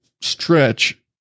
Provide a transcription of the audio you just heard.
stretch